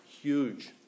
Huge